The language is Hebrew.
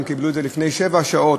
הם קיבלו את זה לפני שבע שעות,